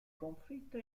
conflitto